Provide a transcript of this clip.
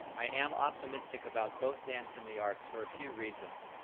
i am optimistic about both dance and the arts for a few reasons,